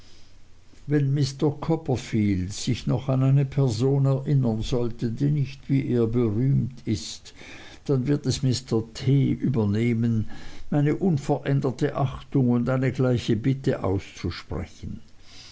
wenn mr copperfield sich noch an eine person erinnern sollte die nicht wie er berühmt ist wird es dann mr t übernehmen meine unveränderte achtung und eine gleiche bitte auszusprechen